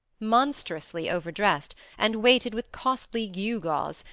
monstrously overdressed, and weighted with costly gewgaws,